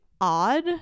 odd